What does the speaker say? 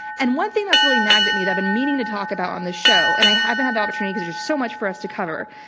and one thing that's really nagged at me that i've been meaning to talk about on this show, and i haven't had the opportunity because there's so much for us to cover,